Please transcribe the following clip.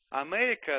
America